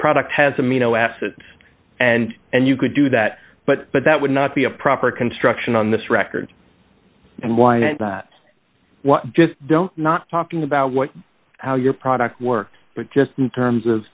product has amino acids and and you could do that but but that would not be a proper construction on this record and why not not just don't not talking about what how your product works but just in terms of